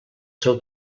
seu